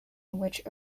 which